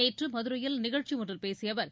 நேற்று மதுரையில் நிகழ்ச்சியொன்றில் பேசிய அவர்